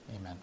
Amen